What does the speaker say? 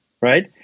right